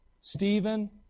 Stephen